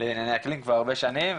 באקלים כבר הרבה שנים.